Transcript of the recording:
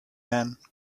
men